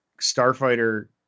starfighter